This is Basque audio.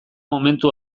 momentu